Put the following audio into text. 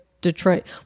Detroit